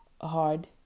hard